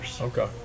okay